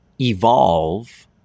evolve